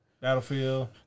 battlefield